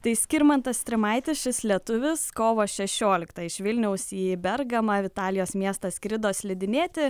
tai skirmantas strimaitis šis lietuvis kovo šešioliktą iš vilniaus į bergamą italijos miestą skrido slidinėti